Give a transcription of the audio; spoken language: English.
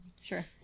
Sure